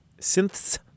Synths